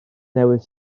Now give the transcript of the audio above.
newydd